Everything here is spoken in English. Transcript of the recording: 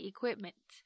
Equipment